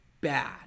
bad